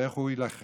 ואיך הוא יילחם?